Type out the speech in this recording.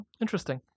Interesting